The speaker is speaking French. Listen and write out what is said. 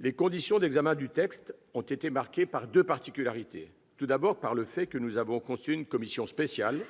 Les conditions d'examen du texte ont été marquées par deux particularités. Tout d'abord, nous avons constitué une commission spéciale,